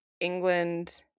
England